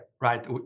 right